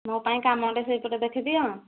ମୋ ପାଇଁ କାମଟେ ସେଇପଟେ ଦେଖିଦିଅ